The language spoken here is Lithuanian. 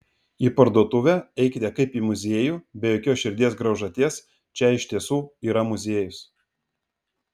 į parduotuvę eikite kaip į muziejų be jokios širdies graužaties čia iš tiesų yra muziejus